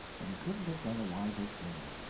and he couldn't have done a wiser thing.